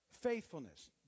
faithfulness